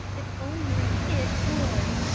if only it would.